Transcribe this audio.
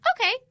okay